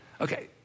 Okay